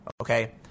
okay